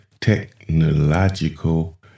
technological